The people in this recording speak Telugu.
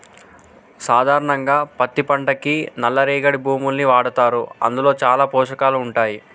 సాధారణంగా పత్తి పంటకి నల్ల రేగడి భూముల్ని వాడతారు అందులో చాలా పోషకాలు ఉంటాయి